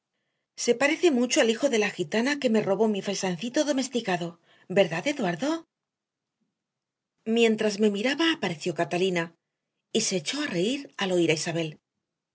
se parece mucho al hijo de la gitana que me robó mi faisancito domesticado verdad eduardo mientras me miraba apareció catalina y se echó a reír al oír a isabel